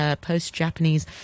post-Japanese